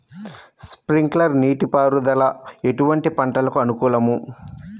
Sprinkler నీటిపారుదల ఎటువంటి పంటలకు అనుకూలము?